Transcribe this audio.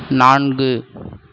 நான்கு